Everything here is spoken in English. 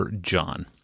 John